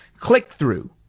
Click-through